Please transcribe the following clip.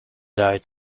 died